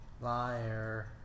liar